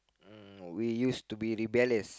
we used to be rebellious